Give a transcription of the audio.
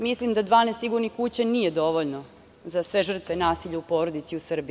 Mislim da 12 sigurnih kuća nije dovoljno za sve žrtve nasilja u porodici u Srbiji.